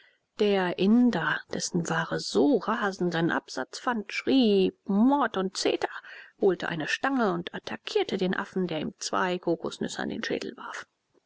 der inder dessen ware so rasenden absatz fand schrie mord und zeter holte eine stange und attackierte den affen der ihm zwei kokosnüsse an den schädel warf